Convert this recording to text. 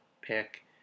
pick